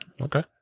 Okay